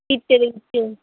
ਪਿੱਤੇ ਦੇ ਵਿੱਚ